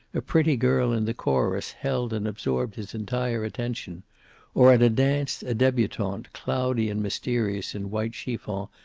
a pretty girl in the chorus held and absorbed his entire attention or at a dance a debutante, cloudy and mysterious in white chiffon,